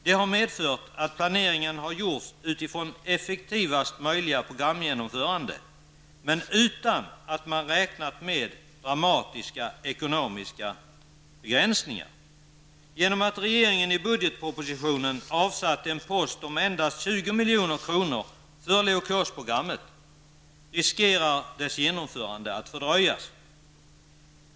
Detta har medfört att planeringen har gjorts utifrån effektivaste möjliga programgenomförande men utan att man räknat med dramatiska ekonomiska begränsningar. Genom att regeringen i budgetpropositionen avsatt en post om endast 20 milj.kr. för leukosprogrammet riskerar dess genomförande att fördröjas.